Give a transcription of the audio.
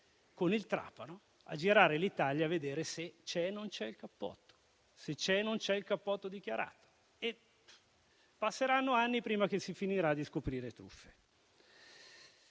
con il trapano a girare l'Italia a vedere se c'è o non c'è il cappotto termico dichiarato e passeranno anni prima che si finirà di scoprire truffe,